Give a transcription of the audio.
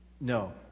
No